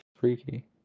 Freaky